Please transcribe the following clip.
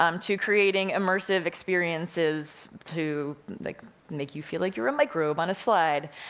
um to creating immersive experiences to make you feel like you're a microbe on a slide.